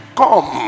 come